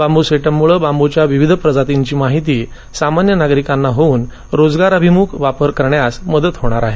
बांबू सेटममुळे बांबूच्या विविध प्रजातींची सामान्य नागरिकांना ओळख होऊन रोजगाराभिमुख वापर करण्यास मदत होणार आहे